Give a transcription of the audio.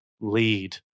Lead